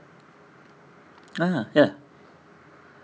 (uh huh) ya